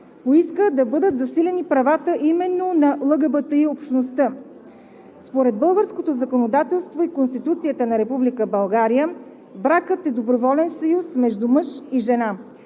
поиска да бъдат засилени правата именно на ЛГБТИ общността. Според българското законодателство и Конституцията на Република България бракът е доброволен съюз между мъж и жена.